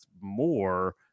more